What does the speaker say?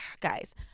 guys